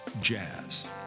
Jazz